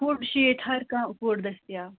food چھِ ییٚتہِ ہر کانٛہہ فُڈ دٔستِیاب